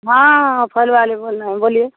हाँ हाँ फल वाले बोल रहे हैं बोलिए